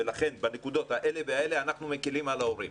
ולכן בנקודות האלה והאלה אנחנו מקלים על ההורים.